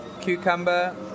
cucumber